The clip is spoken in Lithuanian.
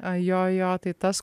jo jo tai tas